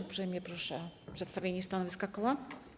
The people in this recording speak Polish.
Uprzejmie proszę o przedstawienie stanowiska koła.